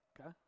okay